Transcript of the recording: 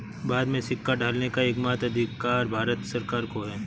भारत में सिक्का ढालने का एकमात्र अधिकार भारत सरकार को है